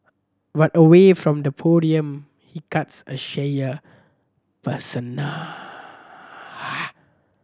but away from the podium he cuts a shyer persona